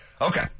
Okay